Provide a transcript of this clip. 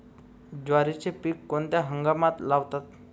ज्वारीचे पीक कोणत्या हंगामात लावतात?